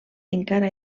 encara